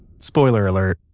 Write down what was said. spoiler alert.